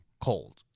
cold